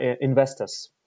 investors